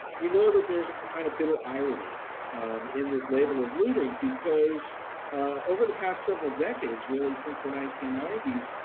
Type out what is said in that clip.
you know that there's a kind of bitter irony in this label of looting because over the past several decades, really since the nineteen ninety s,